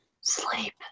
sleep